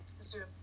zoom